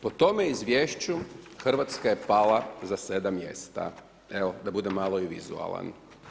Po tome izvješću Hrvatska je pala za 7 mjesta, evo da budem malo i vizualan.